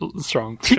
strong